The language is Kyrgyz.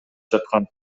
жаткан